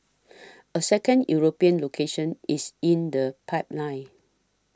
a second European location is in the pipeline